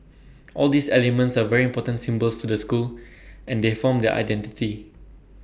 all these elements are very important symbols to the school and they form their identity